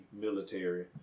military